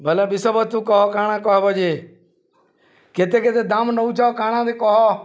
ଭଲ ବିଷବ ତୁ କହ କାଣା କହବ ଯେ କେତେ କେତେ ଦାମ ନଉଛ କାଣାଦେ କହ